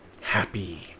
happy